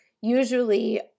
usually